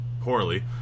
poorly